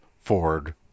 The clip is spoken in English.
ford